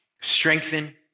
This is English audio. strengthen